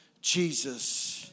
Jesus